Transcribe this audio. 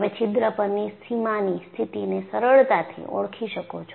તમે છિદ્ર પરની સીમાની સ્થિતિને સરળતાથી ઓળખી શકો છો